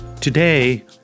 Today